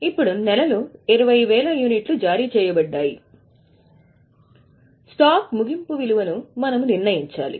ఇప్పుడు నెలలో 20000 యూనిట్లు జారీ చేయబడ్డాయి మరియు స్టాక్ ముగింపు విలువను మనము నిర్ణయించాలి